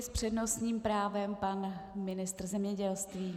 S přednostním právem pan ministr zemědělství.